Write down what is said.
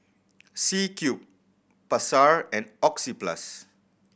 C Cube Pasar and Oxyplus